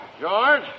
George